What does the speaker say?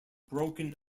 broken